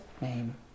name